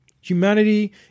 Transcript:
Humanity